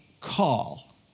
call